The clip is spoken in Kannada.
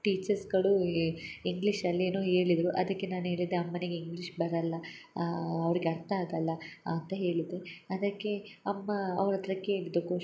ಟೀಚರ್ಸ್ಗಳು ಇಂಗ್ಲಿಷಲ್ಲಿ ಏನೋ ಹೇಳಿದ್ರು ಅದಕ್ಕೆ ನಾನು ಹೇಳಿದ್ದೆ ಅಮ್ಮನಿಗೆ ಇಂಗ್ಲಿಷ್ ಬರಲ್ಲ ಅವ್ರಿಗೆ ಅರ್ಥ ಆಗಲ್ಲ ಅಂತ ಹೇಳಿದೆ ಅದಕ್ಕೆ ಅಮ್ಮ ಅವ್ರ ಹತ್ರ ಕೇಳಿದ್ದು ಕೋಶ್